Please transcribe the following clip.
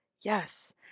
Yes